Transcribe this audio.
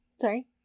sorry